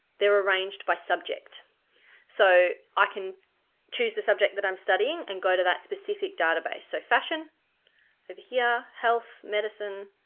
they're arranged by subject so i can choose the subject that i'm studying and go to that specific database, so fashion over here, health, medicine,